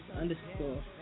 underscore